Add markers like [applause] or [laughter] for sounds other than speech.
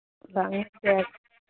[unintelligible]